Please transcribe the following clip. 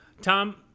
Tom